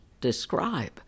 describe